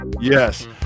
yes